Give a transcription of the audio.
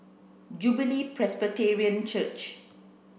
Jubilee Presbyterian Church